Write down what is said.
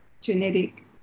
genetic